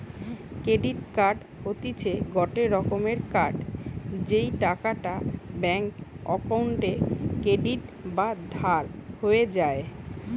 credit card হতিছে গটে রকমের কার্ড যেই টাকাটা ব্যাঙ্ক অক্কোউন্টে ক্রেডিট বা ধার হয়ে যায়